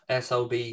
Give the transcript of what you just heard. SOB